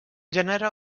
gènere